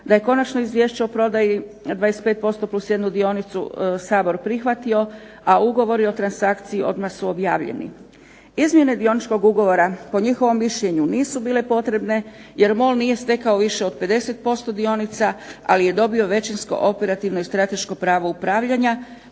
da je konačno izvješće o prodaji 25% +jednu dionicu Sabor prihvatio, a ugovori o transakciji odmah su objavljeni. Izmjene dioničkog ugovora po njihovom mišljenju nisu bile potrebne je MOL nije stekao više od 50% dionica ali je dobio većinsko operativno i strateško pravo upravljanja